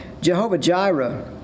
Jehovah-Jireh